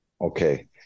Okay